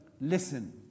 listen